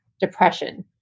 depression